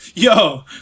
Yo